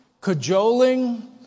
cajoling